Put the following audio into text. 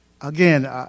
again